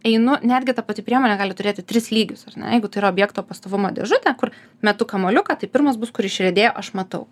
einu netgi ta pati priemonė gali turėti tris lygius ar ne jeigu tai yra objekto pastovumo dėžutę kur metu kamuoliuką tai pirmas bus kur išriedėjo aš matau